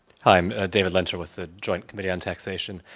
i am david lintzer with the joint committee on taxation.